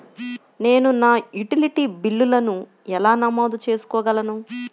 నేను నా యుటిలిటీ బిల్లులను ఎలా నమోదు చేసుకోగలను?